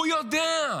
הוא יודע,